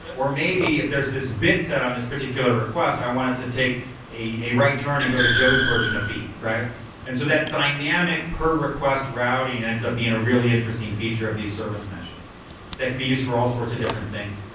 or maybe if there's this bit set on this particular request, i wanted to take a right turn and go to joe's version of b. and so that dynamic per request routing ends up being a really interesting feature of these service meshes that can be used for all sorts of different things.